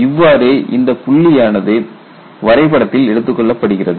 இவ்வாறு இந்த புள்ளியானது வரைபடத்தில் எடுத்துக்கொள்ளப்படுகிறது